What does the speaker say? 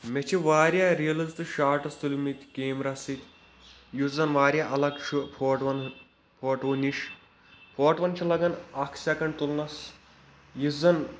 مےٚ چھِ واریاہ ریلٕز تہٕ شارٹٕس تُلمِتۍ کیٚمرا سۭتۍ یُس زن واریاہ الگ چھُ فوٹون فوٹوو نِش فوٹوَن چھُ لگان اکھ سیٚکنٛڈ تُلنس یُس زن